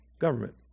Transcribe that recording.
government